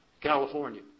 California